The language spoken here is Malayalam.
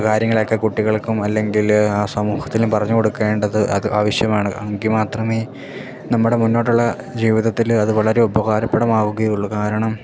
കാര്യങ്ങളൊക്കെ കുട്ടികൾക്കും അല്ലെങ്കിൽ ആ സമൂഹത്തിലും പറഞ്ഞു കൊടുക്കേണ്ടത് അത് ആവിശ്യമാണ് എങ്കിൽ മാത്രമേ നമ്മുടെ മുന്നോട്ടുള്ള ജീവിതത്തിൽ അതു വളരെ ഉപകാരപ്രദമാവുകയുള്ളു കാരണം